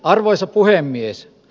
arvoisa puhemies